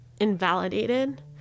invalidated